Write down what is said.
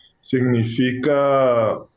Significa